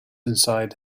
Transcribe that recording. inside